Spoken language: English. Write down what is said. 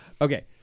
Okay